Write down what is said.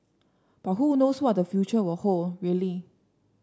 but who knows what the future will hold really